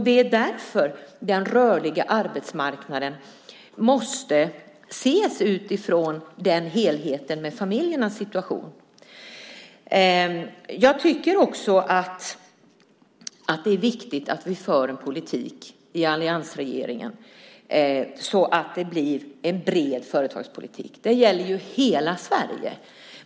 Det är därför som den rörliga arbetsmarknaden måste ses utifrån en helhet när det gäller familjernas situation. Vidare tycker jag att det är viktigt att alliansregeringen för politiken så att det blir en bred företagspolitik. Det gäller ju hela Sverige.